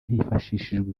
hifashishijwe